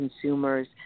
consumers